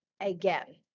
again